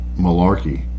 malarkey